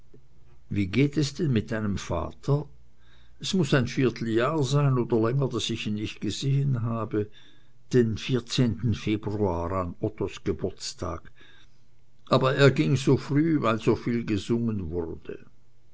wie geht es denn mit deinem vater es muß ein vierteljahr sein oder länger daß ich ihn nicht gesehen habe den februar an ottos geburtstag aber er ging so früh weil soviel gesungen wurde